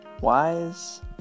wise